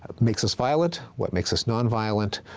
ah makes us violent, what makes us nonviolent,